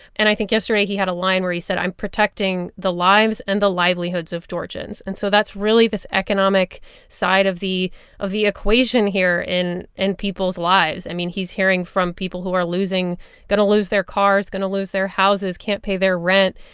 and i think yesterday he had a line where he said, i'm protecting the lives and the livelihoods of georgians. and so that's really this economic side of the of the equation here in and people's lives. i mean, he's hearing from people who are losing going to lose their cars, going to lose their houses, can't pay their rent.